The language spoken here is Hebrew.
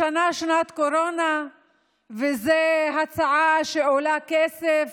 השנה שנת קורונה וזו הצעה שעולה כסף